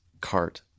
cart